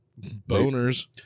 Boners